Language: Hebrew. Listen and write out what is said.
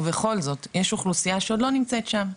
ובכל זאת יש אוכלוסייה שעוד לא נמצאת שם.